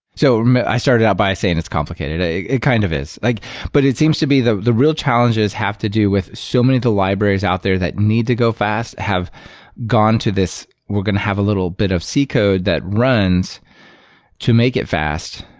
so i started out by saying it's complicated. it kind of is. like but it seems to be the the real challenges have to do with so many of the libraries out there that need to go fast, have gone to this, we're going to have a little bit of c code that runs to make it fast,